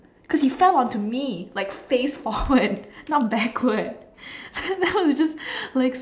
cause he fell onto me like face forward not backward and then I was just like